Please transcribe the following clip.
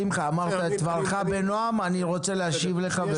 שמחה, אמרת את דברך בנועם, אני רוצה להשיב לך.